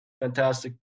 fantastic